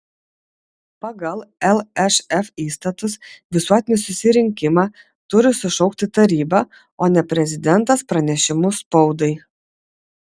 pagal lšf įstatus visuotinį susirinkimą turi sušaukti taryba o ne prezidentas pranešimu spaudai